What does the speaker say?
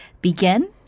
begin